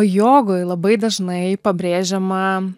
jogoj labai dažnai pabrėžiama